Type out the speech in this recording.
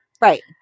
Right